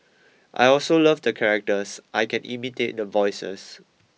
I also love the characters I can imitate the voices